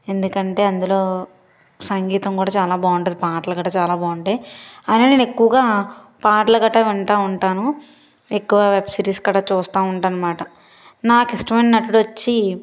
ఎందుకంటే అందులో సంగీతము కూడా చాలా బాగుంటుంది పాటలు కూడా చాలా బాగుంటాయి అలానే నేను ఎక్కువగా పాటలు గట్టా వింటూ ఉంటాను ఎక్కువ వెబ్ సిరీస్ కూడా చూస్తూ ఉంటాను అనమాట నాకిష్టమైన నటుడు వచ్చి